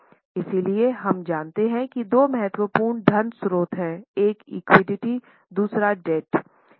इसलिए हम जानते हैं कि दो महत्वपूर्ण धन स्रोत हैं एक इक्विटी है